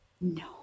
No